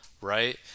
right